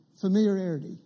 familiarity